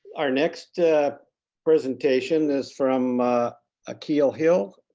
our next presentation is from akil hill,